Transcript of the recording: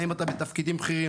האם אתה בתפקיד בכירים,